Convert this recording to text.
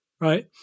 right